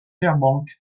fairbanks